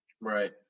Right